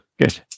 Good